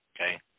Okay